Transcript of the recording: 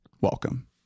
Welcome